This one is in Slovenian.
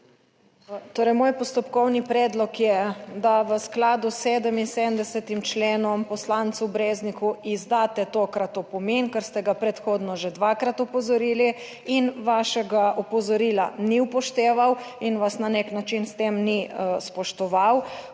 Torej moj postopkovni predlog je, da v skladu s 77. členom poslancu Brezniku izdate tokrat opomin, ker ste ga predhodno že dvakrat opozorili in vašega opozorila ni upošteval in vas na nek način s tem ni spoštoval.